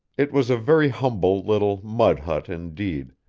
it was a very humble little mud-hut indeed,